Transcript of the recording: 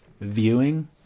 viewing